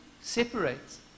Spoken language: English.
separates